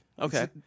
Okay